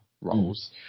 roles